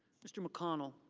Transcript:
mr. mcconnell.